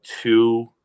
two